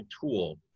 tool